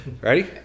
ready